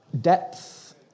Depth